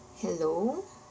hello